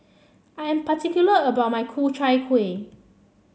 I am particular about my Ku Chai Kueh